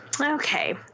okay